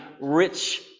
rich